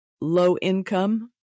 low-income